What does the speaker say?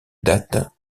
date